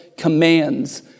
commands